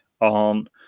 on